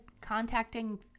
contacting